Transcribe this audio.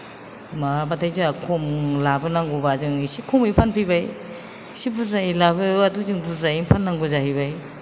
माबाबाथाय जोंहा खम लाबोनांगौब्ला जों इसे खमै फानफैबाय इसे बुरजायै लाबोब्लाथ इसे बुरजायैनो फाननांगौ जाहैबाय